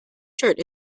shirt